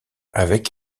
avec